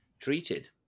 treated